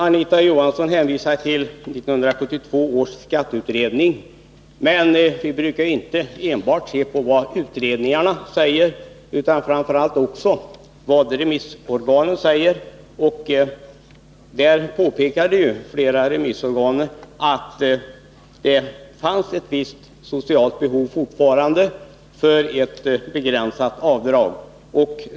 Anita Johansson hänvisade till 1972 års skatteutredning. Vi brukar emellertid inte se bara på vad utredningar kommer fram till utan också på vad remissorganen säger. Flera remissorgan påpekade att det fortfarande finns ett visst socialt behov av ett begränsat avdrag.